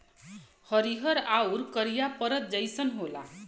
हरिहर आउर करिया परत जइसन होला